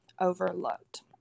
overlooked